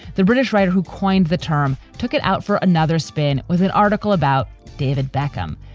the british writer who coined the term, took it out for another spin with an article about david beckham.